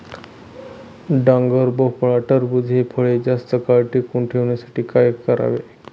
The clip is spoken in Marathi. डांगर, भोपळा, टरबूज हि फळे जास्त काळ टिकवून ठेवण्यासाठी काय करावे?